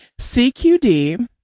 cqd